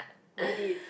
really